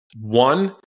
One